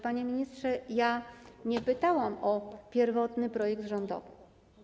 Panie ministrze, nie pytałam o pierwotny projekt rządowy.